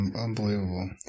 unbelievable